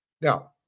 Now